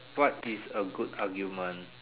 what is a good argument